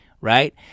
Right